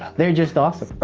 they're just awesome